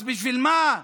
אז בשביל מה,